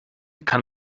kann